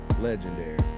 Legendary